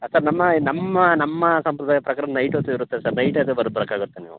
ಹಾಂ ಸರ್ ನಮ್ಮ ನಮ್ಮ ನಮ್ಮ ಸಂಪ್ರದಾಯ ಪ್ರಕಾರ ನೈಟ್ ಹೊತ್ತು ಇರುತ್ತೆ ಸರ್ ನೈಟ್ ಅಲ್ಲಿ ಬರಬೇಕಾಗುತ್ತೆ ನೀವು